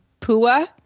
PUA